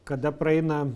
kada praeina